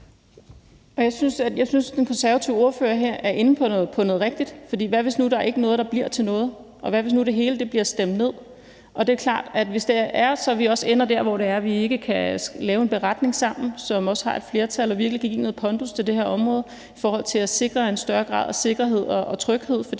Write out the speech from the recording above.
Jeg synes, den konservative ordfører her er inde på noget rigtigt, for hvad nu, hvis der ikke er noget, der bliver til noget, og hvad nu, hvis det hele bliver stemt ned? Og hvis vi ender der, hvor vi ikke kan lave en beretning sammen, som har et flertal og virkelig kan give noget pondus til det her område i forhold til at sikre en større grad af sikkerhed og tryghed for de